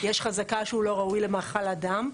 יש חזקה שהוא לא ראוי למאכל אדם.